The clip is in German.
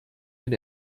den